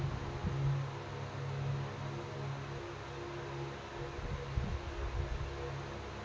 Credit ಕಾರ್ಡಿನಲ್ಲಿ ಮರುಪಾವತಿ ಎಷ್ಟು ತಿಂಗಳ ಒಳಗ ಮಾಡಬಹುದ್ರಿ?